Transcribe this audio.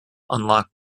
unlock